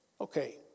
Okay